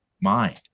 mind